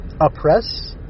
oppress